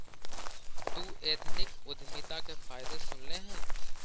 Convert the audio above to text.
तु एथनिक उद्यमिता के फायदे सुनले हे?